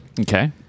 Okay